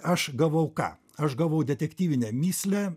aš gavau ką aš gavau detektyvinę mįslę